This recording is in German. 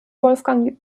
wolfgang